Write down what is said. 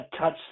touch